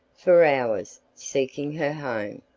for hours, seeking her home.